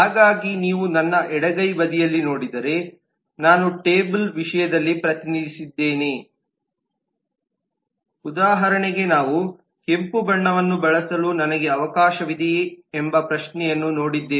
ಹಾಗಾಗಿ ನೀವು ನನ್ನ ಎಡಗೈ ಬದಿಯಲ್ಲಿ ನೋಡಿದರೆ ನಾನು ಟೇಬಲ್ನ ವಿಷಯದಲ್ಲಿ ಪ್ರತಿನಿಧಿಸಿದ್ದೇನೆ ಉದಾಹರಣೆಗೆ ನಾವು ಕೆಂಪು ಬಣ್ಣವನ್ನು ಬಳಸಲು ನನಗೆ ಅವಕಾಶವಿದೆಯೇ ಎಂಬ ಪ್ರಶ್ನೆಯನ್ನು ನೋಡಿದ್ದೇವೆ